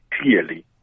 clearly